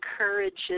encourages